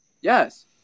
Yes